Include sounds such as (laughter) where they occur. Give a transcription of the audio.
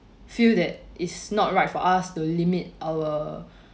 feel that is not right for us to limit our (breath)